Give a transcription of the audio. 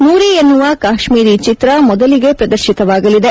ನೂರಿ ಎನ್ನುವ ಕಾಶ್ಮೀರಿ ಚಿತ್ರ ಮೊದಲಿಗೆ ಪ್ರದರ್ಶಿತವಾಗಲಿದೆ